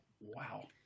Wow